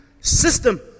system